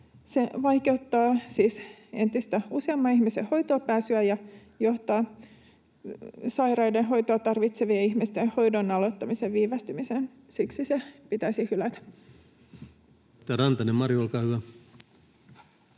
Se vaikeuttaa siis entistä useamman ihmisen hoitoonpääsyä ja johtaa sairaiden, hoitoa tarvitsevien ihmisten hoidon aloittamisen viivästymiseen. Siksi se pitäisi hylätä.